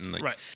right